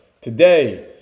Today